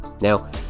Now